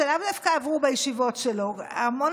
שלאו דווקא עברו בישיבות שלו; המון